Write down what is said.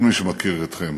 כל מי שמכיר אתכם